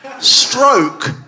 stroke